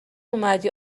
اومدی